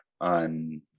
on